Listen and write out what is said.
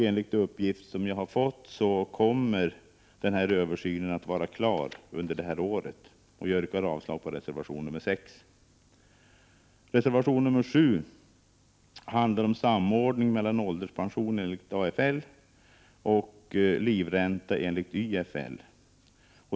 Enligt en uppgift jag fått kommer denna översyn att vara klar under detta år. Jag yrkar avslag på reservation nr 6. Reservation nr 7 handlar om samordning mellan ålderspension enligt AFL och livränta enligt YFL.